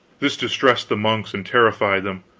this distressed the monks and terrified them.